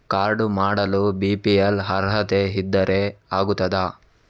Card ಮಾಡಲು BPL ಅರ್ಹತೆ ಇದ್ದರೆ ಆಗುತ್ತದ?